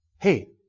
Hey